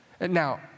Now